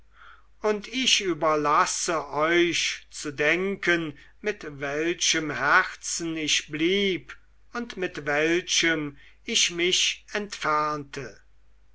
und ich überlasse euch zu denken mit welchem herzen ich blieb und mit welchem ich mich entfernte